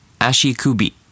ashikubi